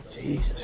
Jesus